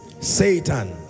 Satan